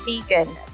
vegan